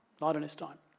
not in his time.